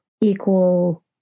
equal